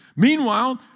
Meanwhile